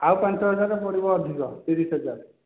ଆଉ ପାଞ୍ଚ ହଜାର ପଡ଼ିବ ଅଧିକ ତିରିଶ ହଜାର